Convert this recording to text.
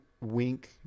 wink